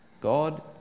God